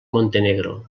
montenegro